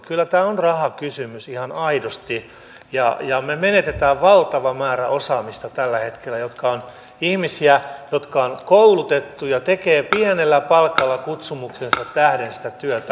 kyllä tämä on rahakysymys ihan aidosti ja me menetämme tällä hetkellä valtavan määrän osaamista joka on ihmisiä jotka ovat koulutettuja tekevät pienellä palkalla kutsumuksensa tähden sitä työtä